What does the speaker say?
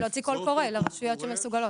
להוציא קול קורא לרשויות שמסוגלות.